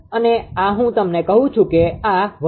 અને આ હું તમને કહું છું કે આ છે